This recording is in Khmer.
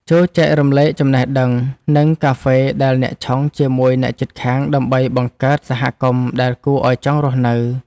ចូរចែករំលែកចំណេះដឹង និងកាហ្វេដែលអ្នកឆុង ជាមួយអ្នកជិតខាងដើម្បីបង្កើតសហគមន៍ដែលគួរឱ្យចង់រស់នៅ។